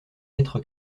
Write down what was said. lettre